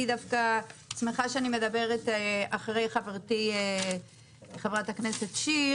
דווקא שמחה שאני מדברת אחרי חברתי חברת הכנסת שיר